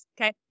Okay